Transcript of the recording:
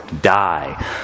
die